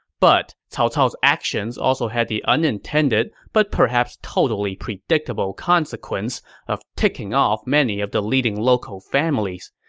but, cao cao's actions also had the unintended but perhaps totally predictable consequence of ticking off many of the leading local families.